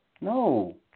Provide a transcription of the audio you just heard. No